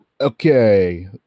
Okay